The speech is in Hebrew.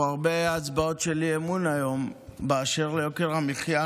היו פה הרבה הצבעות של אי-אמון היום באשר ליוקר המחיה.